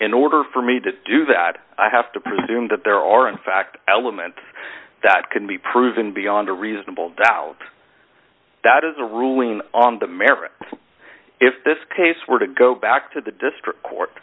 in order for me to do that i have to presume that there are in fact elements that can be proven beyond a reasonable doubt that is a ruling on the merits if this case were to go back to the district court